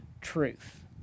truth